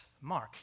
mark